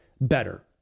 better